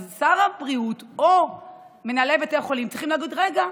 אז שר הבריאות או מנהלי בתי החולים צריכים להגיד: רגע,